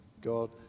God